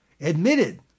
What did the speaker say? admitted